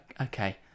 Okay